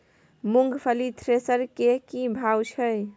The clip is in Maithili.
मूंगफली थ्रेसर के की भाव छै?